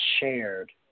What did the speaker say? shared